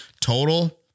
total